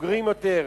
בוגרים יותר,